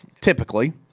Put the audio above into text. Typically